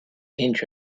inch